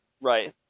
right